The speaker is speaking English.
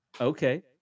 Okay